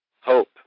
hope